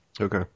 Okay